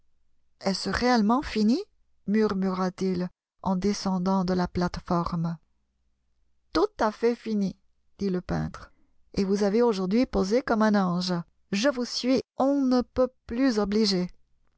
est-ce réellement fini murmura-t-il en descendant de la plate-forme tout à fait fini dit le peintre et vous avez aujourd'hui posé comme un ange je vous suis on ne peut plus obligé